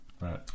right